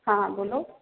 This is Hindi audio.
हाँ बोलो